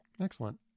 Excellent